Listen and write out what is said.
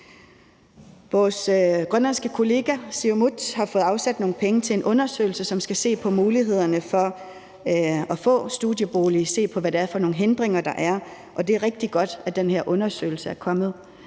Vores grønlandske kollegaer i Siumut har fået afsat nogle penge til en undersøgelse, hvor der skal ses på mulighederne for at få en studiebolig og ses på, hvad det er for nogle hindringer, der er, og det er rigtig godt, at der kommer